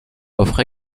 offrent